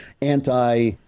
anti-